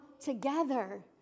together